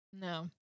No